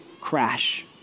crash